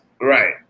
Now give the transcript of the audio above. Right